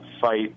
fight